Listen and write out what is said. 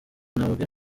nababwira